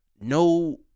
no